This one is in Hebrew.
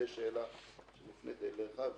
זו שאלה שמופנית אליך.